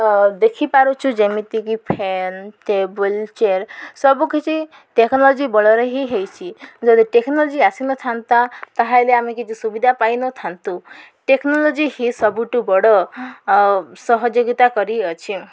ଦେଖିପାରୁଛୁ ଯେମିତିକି fan table chair ସବୁକିଛି ଟେକ୍ନୋଲୋଜି ବଳରେ ହଁ ହେଇଛି ଯଦି ଟେକ୍ନୋଲୋଜି ଆସିନଥାନ୍ତା ତାହେଲେ ଆମେ କିଛି ସୁବିଧା ପାଇନଥାନ୍ତୁ ଟେକ୍ନୋଲୋଜି ହିଁ ସବୁଠୁ ବଡ଼ ସହଯୋଗିତା କରିଅଛି